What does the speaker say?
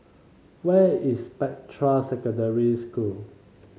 where is Spectra Secondary School